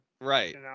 Right